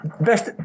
Best